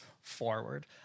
forward